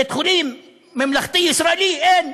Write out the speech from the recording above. בית חולים ממלכתי-ישראלי אין.